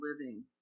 living